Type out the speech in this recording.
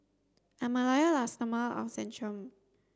I'm a loyal Lustomer of Centrum